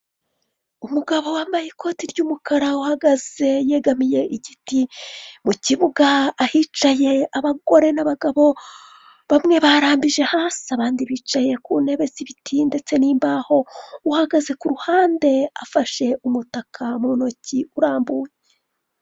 Umugabo wambaye ikoti ry'umukara uhagaze yegamiye igiti. Mu kibuga ahicaye abagore n'abagabo, bamwe barambije hasi, abandi bicaye ku ntebe z'ibiti ndetse n'imbaho. Uhagaze ku ruhande afashe umutaka mu ntoki urambuye.